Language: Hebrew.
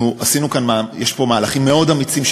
יש פה מהלכים מאוד אמיצים,